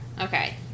Okay